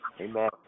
Amen